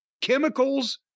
chemicals